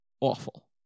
awful